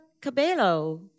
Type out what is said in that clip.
Cabello